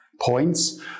points